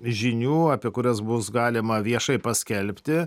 žinių apie kurias bus galima viešai paskelbti